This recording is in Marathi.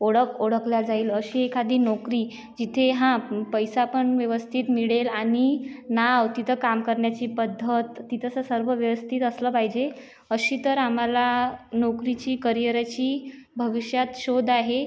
ओळख ओळखली जाईल अशी एखादी नोकरी जिथे हा पैसा पण व्यवस्थित मिळेल आणि नाव तिथं काम करण्याची पद्धत तिथंच सर्व व्यवस्थित असलं पाहिजे अशी तर आम्हाला नोकरीची करियरची भविष्यात शोध आहे